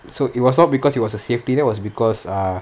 so it was not because it was a safety net it was because err